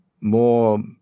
more